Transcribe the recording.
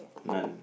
none